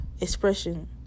expression